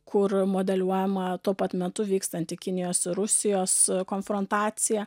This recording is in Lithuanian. kur modeliuojama tuo pat metu vykstanti kinijos ir rusijos konfrontacija